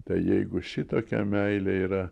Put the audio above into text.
tai jeigu šitokia meilė yra